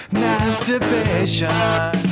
masturbation